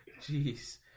Jeez